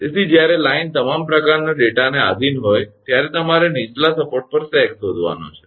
તેથી જ્યારે લાઇન તમામ પ્રકારના ડેટાને આધીન હોય ત્યારે તમારે નીચલા સપોર્ટ પર સેગ શોધવાનો છે